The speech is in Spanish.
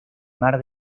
mar